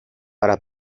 para